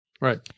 Right